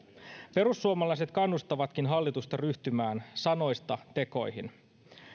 perussuomalaiset kannustavatkin hallitusta ryhtymään sanoista tekoihin